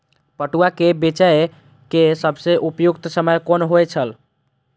पटुआ केय बेचय केय सबसं उपयुक्त समय कोन होय छल?